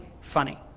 funny